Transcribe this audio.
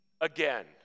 again